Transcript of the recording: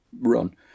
run